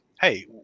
hey